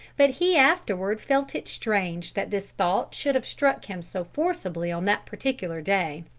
but he afterward felt it strange that this thought should have struck him so forcibly on that particular day.